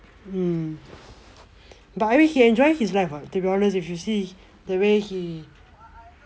mm but I think he enjoy his life lah to be honest if you see the way he